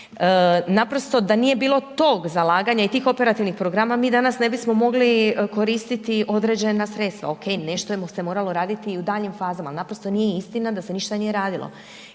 Naprosto da nije bilo tog zalaganja i tih operativnih programa mi danas ne bismo mogli koristiti određena sredstva, ok, nešto je se moralo raditi i u daljnjim fazama, ali naprosto nije istina da se ništa nije radilo.